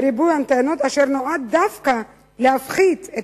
בריבוי אנטנות אשר נועד דווקא להפחית את